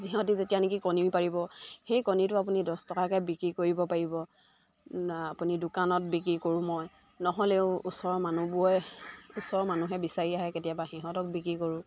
সিহঁতে যেতিয়া নেকি কণী পাৰিব সেই কণীটো আপুনি দছ টকাকৈ বিক্ৰী কৰিব পাৰিব আপুনি দোকানত বিক্ৰী কৰোঁ মই নহ'লেও ওচৰৰ মানুহবোৰে ওচৰৰ মানুহে বিচাৰি আহে কেতিয়াবা সিহঁতক বিক্ৰী কৰোঁ